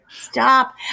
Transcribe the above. Stop